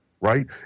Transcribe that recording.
Right